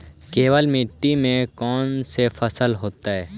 केवल मिट्टी में कौन से फसल होतै?